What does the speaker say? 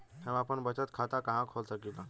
हम आपन बचत खाता कहा खोल सकीला?